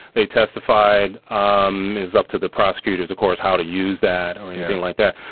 they testified um is up to the prosecutors, of course, how to use that or anything like that.